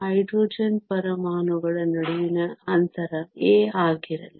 hydrogen ಪರಮಾಣುಗಳ ನಡುವಿನ ಅಂತರ a ಆಗಿರಲಿ